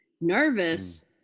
nervous